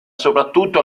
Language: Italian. soprattutto